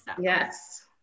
Yes